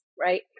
right